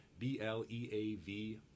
B-L-E-A-V